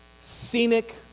scenic